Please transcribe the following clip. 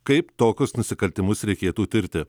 kaip tokius nusikaltimus reikėtų tirti